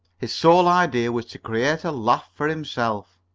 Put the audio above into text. his sole idea was to create a laugh for himself.